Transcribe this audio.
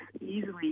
easily